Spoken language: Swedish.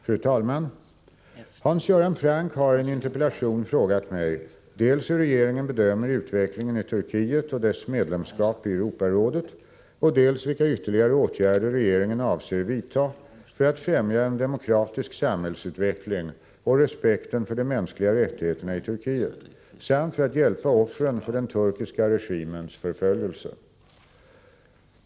Fru talman! Hans Göran Franck har i en interpellation frågat mig dels hur regeringen bedömer utvecklingen i Turkiet och dess medlemskap i Europarådet, dels vilka ytterligare åtgärder regeringen avser vidta för att främja en demokratisk samhällsutveckling och respekten för de mänskliga rättigheterna ii Turkiet samt för att hjälpa offren för den turkiska regimens förföljelser.